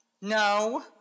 No